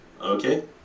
Okay